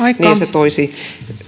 toisi